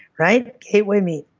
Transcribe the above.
right? gateway meat.